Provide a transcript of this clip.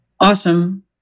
Awesome